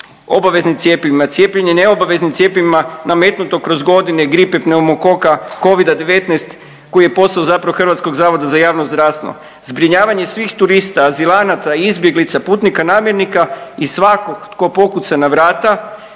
obaveznim cjepivima, cijepljenje neobaveznim cjepivima nametnuto kroz godine gripe, pneumokoka, covida-19 koji je posao zapravo HZJZ-a, zbrinjavanje svih turista, azilanata, izbjeglica, putnika namjernika i svakog tko pokuca na vrata